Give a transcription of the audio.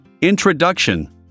Introduction